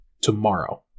tomorrow